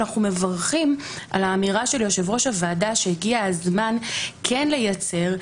אנחנו מברכים על האמירה של יושב-ראש הוועדה שהגיע הזמן כן לייצר,